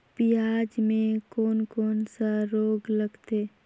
पियाज मे कोन कोन सा रोग लगथे?